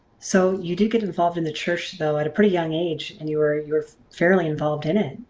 so you did get involved in the church though at a pretty young age and you were you're fairly involved in it.